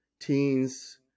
teens